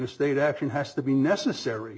a state action has to be necessary